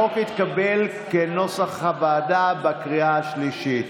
החוק התקבל כנוסח הוועדה בקריאה השלישית.